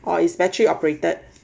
or its battery operated